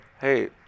hey